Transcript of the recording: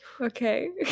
Okay